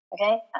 Okay